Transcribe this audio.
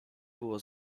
było